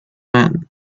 man